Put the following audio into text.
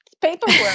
paperwork